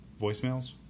voicemails